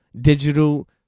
digital